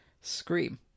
scream